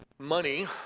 Money